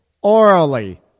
Orally